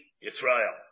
Israel